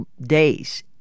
days